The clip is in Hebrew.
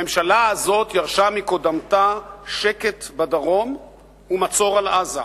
הממשלה הזאת ירשה מקודמתה שקט בדרום ומצור על עזה,